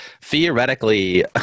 theoretically